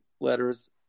letters